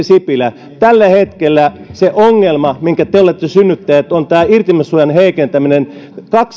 sipilä tällä hetkellä se ongelma minkä te olette synnyttäneet on irtisanomissuojan heikentäminen